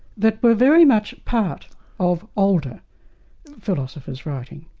that were very much part of older philosophers' writing.